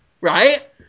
right